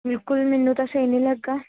ਬਿਲਕੁਲ ਮੈਨੂੰ ਤਾਂ ਸਹੀ ਨਹੀਂ ਲੱਗਾ